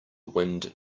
wind